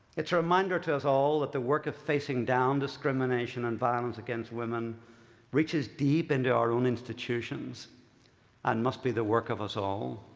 it's a reminder to us all that the work of facing down discrimination and violence against women reaches deep into our own institutions and must be the work of us all.